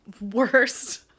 worst